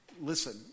Listen